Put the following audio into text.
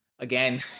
again